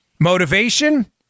Motivation